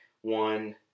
one